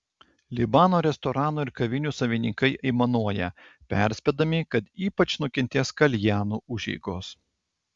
libano restoranų ir kavinių savininkai aimanuoja perspėdami kad ypač nukentės kaljanų užeigos